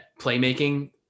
playmaking